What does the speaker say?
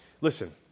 listen